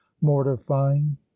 mortifying